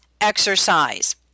exercise